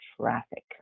traffic